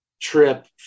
trip